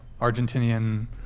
argentinian